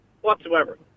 whatsoever